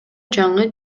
жаңы